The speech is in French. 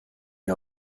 est